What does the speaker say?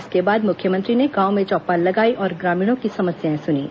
इसके बाद मुख्यमंत्री ने गांव में चौपाल लगाई और ग्रामीणों की समस्याए सुनीं